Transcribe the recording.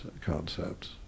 concepts